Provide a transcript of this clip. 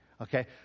okay